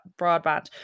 broadband